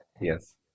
Yes